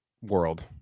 world